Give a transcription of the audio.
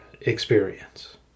experience